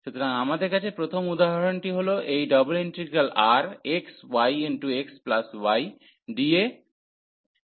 সুতরাং আমাদের কাছে প্রথম উদাহরণটি হল এই ∬RxyxydA